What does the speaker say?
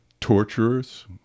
torturers